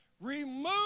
Remove